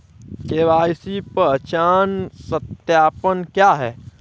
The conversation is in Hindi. के.वाई.सी पहचान सत्यापन क्या है?